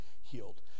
healed